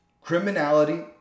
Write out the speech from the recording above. criminality